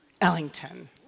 Ellington